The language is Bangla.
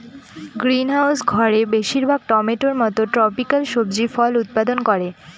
গ্রিনহাউস ঘরে বেশির ভাগ টমেটোর মত ট্রপিকাল সবজি ফল উৎপাদন করে